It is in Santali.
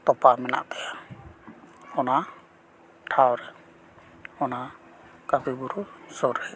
ᱛᱚᱯᱟ ᱢᱮᱱᱟᱜ ᱛᱟᱭᱟ ᱚᱱᱟ ᱴᱷᱟᱶ ᱨᱮ ᱚᱱᱟ ᱠᱟᱹᱯᱤ ᱵᱩᱨᱩ ᱥᱩᱨ ᱨᱮᱜᱮ